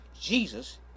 Jesus